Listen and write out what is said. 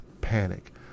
panic